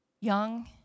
young